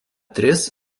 tris